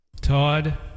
Todd